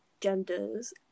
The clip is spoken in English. genders